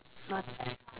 not~